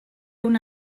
una